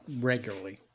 regularly